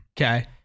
Okay